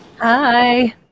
Hi